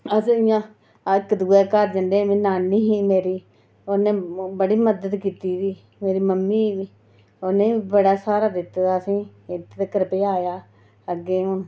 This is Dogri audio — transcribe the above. अस इ'यां इक दूए दे घर जंदे हे नानी ही मेरी उन्ने बड़ी मदद कीती दी मेरी मम्मी बी उन्ने बी बड़ा स्हारा दित्ते दा असें ई इत्थै तगर पजाया अग्गें हून